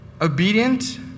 obedient